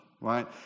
right